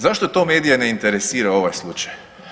Zašto to medije ne interesira ovaj slučaj?